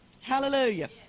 Hallelujah